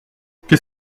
qu’est